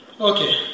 Okay